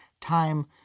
time